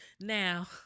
Now